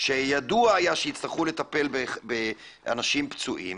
שידוע היה שיצטרכו לטפל באנשים פצועים